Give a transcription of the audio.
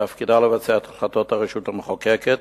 שתפקידה לבצע את החלטות הרשות המחוקקת